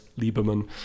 Lieberman